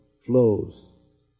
flows